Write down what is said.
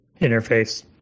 interface